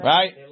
Right